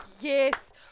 yes